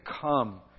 come